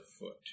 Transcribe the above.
foot